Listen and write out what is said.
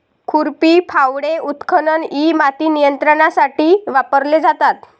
खुरपी, फावडे, उत्खनन इ माती नियंत्रणासाठी वापरले जातात